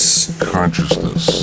Consciousness